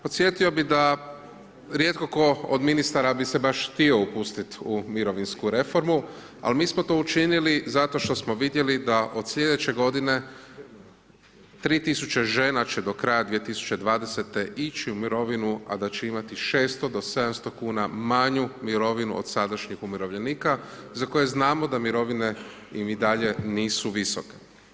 Podsjetio bih da rijetko tko od ministara bi se baš htio upustiti u mirovinsku reformu, al mi smo to učinili zato što smo vidjeli da od slijedeće godine 3000 žena će do kraja 2020.-te ići u mirovinu, a da će imati 600,00 kn do 700,00 kn manju mirovinu od sadašnjih umirovljenika, za koje znamo da mirovine im i dalje nisu visoke.